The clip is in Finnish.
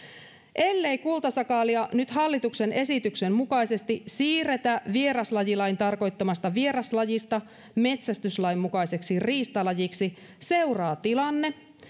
ellei kultasakaalia nyt hallituksen esityksen mukaisesti siirretä vieraslajilain tarkoittamasta vieraslajista metsästyslain mukaiseksi riistalajiksi seuraa tilanne